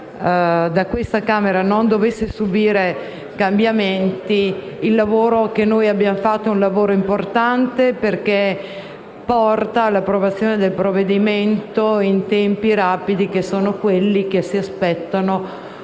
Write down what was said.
da questa Camera non dovesse subire cambiamenti, il lavoro che abbiamo svolto è importante perché porta all'approvazione del provvedimento in tempi rapidi, che sono quelli che si aspettano